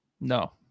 No